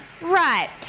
Right